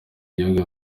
igihugu